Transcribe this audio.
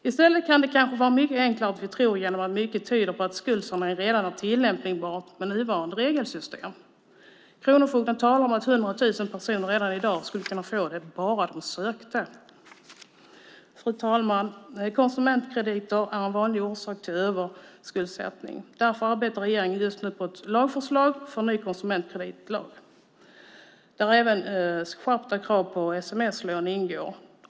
I stället kan det kanske vara mycket enklare än vi tror genom att mycket tyder på att skuldsanering redan är tillämpbart med nuvarande regelsystem. Kronofogden talar om att hundra tusen personer redan i dag skulle kunna få det bara de sökte. Fru talman! Konsumentkrediter är en vanlig orsak till överskuldsättning. Därför arbetar regeringen just nu på ett lagförslag för ny konsumentkreditlag, där även skärpta krav på sms-lån ingår.